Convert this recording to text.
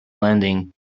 landing